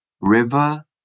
River